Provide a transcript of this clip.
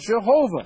Jehovah